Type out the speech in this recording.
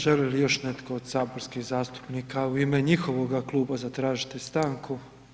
Želi li još netko od saborskih zastupnika u ime njihovoga kluba zatražiti stanku?